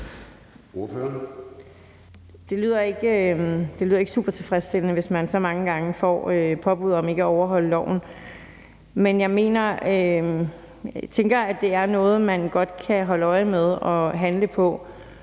Det lyder ikke super tilfredsstillende, hvis man så mange gange får påbud for ikke at overholde loven. Men jeg tænker, at det er noget, man godt kan holde øje med og handle på,